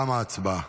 תמה ההצבעה.